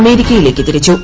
അമേരിക്കയിലേക്ക് തിരിച്ചു